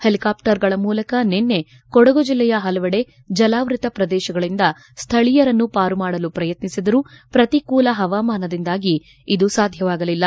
ಹೆಲಿಕಾಪ್ವರ್ಗಳ ಮೂಲಕ ನಿನ್ನೆ ಕೊಡಗು ಜಿಲ್ಲೆಯ ಪಲವೆಡೆ ಜಲಾವೃತ ಪ್ರದೇಶಗಳಿಂದ ಸ್ಥಳೀಯರನ್ನು ಪಾರು ಮಾಡಲು ಪ್ರಯತ್ನಿಸಿದರೂ ಪ್ರತಿಕೂಲ ಹವಾಮಾನದಿಂದಾಗಿ ಇದು ಸಾಧ್ಯವಾಗಲಿಲ್ಲ